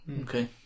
okay